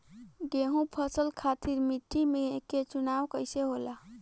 गेंहू फसल खातिर मिट्टी के चुनाव कईसे होला?